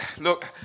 Look